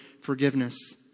forgiveness